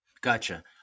Gotcha